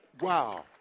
Wow